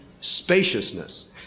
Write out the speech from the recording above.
spaciousness